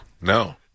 No